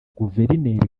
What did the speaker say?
guverineri